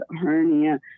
hernia